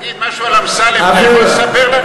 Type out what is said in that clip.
תגיד, משהו על אמסלם אתה יכול לספר לנו?